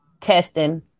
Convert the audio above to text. testing